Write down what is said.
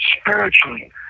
spiritually